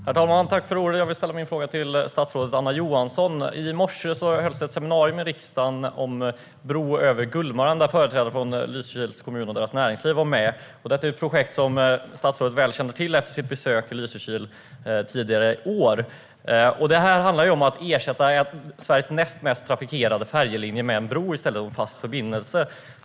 Herr talman! Jag vill ställa min fråga till statsrådet Anna Johansson. I morse hölls ett seminarium i riksdagen om en bro över Gullmarn där företrädare från Lysekils kommun och näringsliv var med. Detta är ett projekt som statsrådet väl känner till efter sitt besök i Lysekil tidigare i år. Det handlar om att ersätta Sveriges näst mest trafikerade färjelinje med en bro i stället och en fast förbindelse.